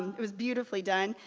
it was beautifully done.